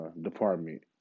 department